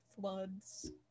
floods